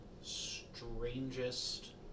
strangest